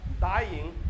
dying